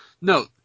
no